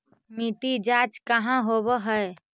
मिट्टी जाँच कहाँ होव है?